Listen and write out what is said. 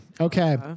Okay